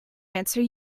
answer